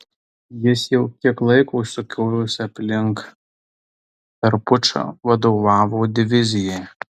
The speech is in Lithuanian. jis jau kiek laiko sukiojosi aplink per pučą vadovavo divizijai